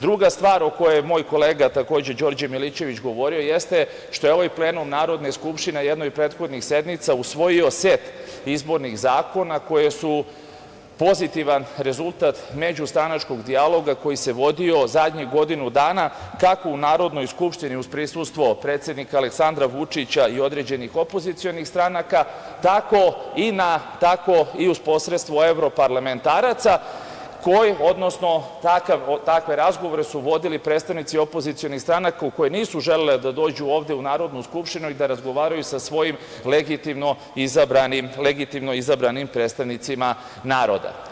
Druga stvar o kojoj je moj kolega takođe, Đorđe Milićević, govorio jeste što je ovaj plenum Narodne skupštine u jednoj od prethodnih sednica usvojio set izbornih zakona koje su pozitivan rezultat međustranačkog dijaloga koji se vodio zadnjih godinu dana kako u Narodnoj skupštini uz prisustvo predsednika Aleksandra Vučića i određenih opozicionih stranaka, tako i uz posredstvo evroparlamentaraca, takve razgovore su vodili predstavnici opozicionih stranaka koje nisu želele da dođu ovde u Narodnu skupštinu i da razgovaraju sa svojim, legitimno izabranim, predstavnicima naroda.